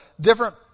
different